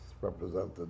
represented